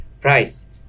price